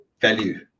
value